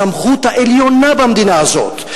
הסמכות העליונה במדינה הזאת,